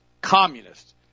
communist